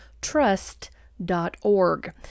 trust.org